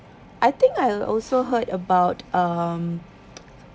I think I also heard about um